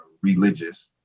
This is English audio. religious